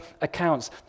accounts